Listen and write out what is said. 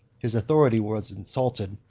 his authority was insulted,